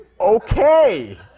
Okay